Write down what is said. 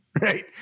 right